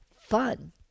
fun